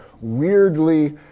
weirdly